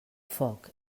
foc